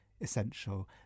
essential